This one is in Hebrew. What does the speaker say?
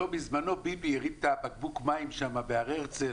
בזמנו ביבי הרים את בקבוק המים בהר הרצל,